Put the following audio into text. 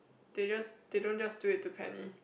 they just they don't just do it to Penny